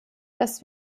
dass